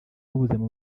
w’ubuzima